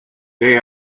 they